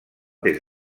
des